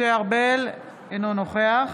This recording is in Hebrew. אינו נוכח